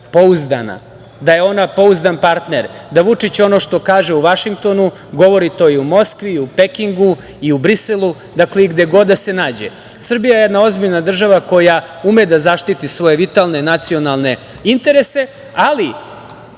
pouzdana, da je ona pouzdan partner, da Vučić ono što kaže u Vašingtonu govori to i u Moskvi i u Pekingu i u Briselu i gde god da se nađe. Srbija je jedna ozbiljna država, koja ume da zaštiti svoje vitalne nacionalne interese, ali